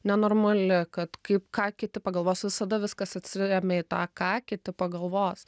nenormali kad kaip ką kiti pagalvos visada viskas atsiremia į tą ką kiti pagalvos